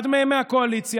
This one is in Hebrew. אחד מהם מהקואליציה.